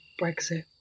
Brexit